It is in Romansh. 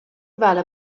vala